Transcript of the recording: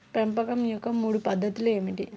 పెంపకం యొక్క మూడు పద్ధతులు ఏమిటీ?